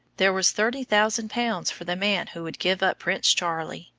there was thirty thousand pounds for the man who would give up prince charlie.